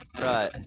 Right